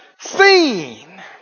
seen